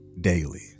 daily